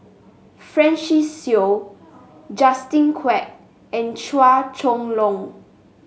Francis Seow Justin Quek and Chua Chong Long